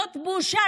זאת כבר בושה.